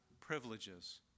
privileges